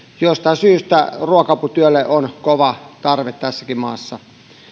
jostain syystä ruoka aputyölle on kova tarve tässäkin maassa